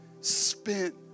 spent